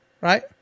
right